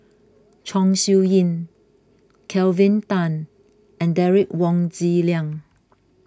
Chong Siew Ying Kelvin Tan and Derek Wong Zi Liang